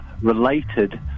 related